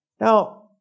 Now